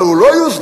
אבל הוא לא יוסדר,